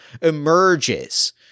emerges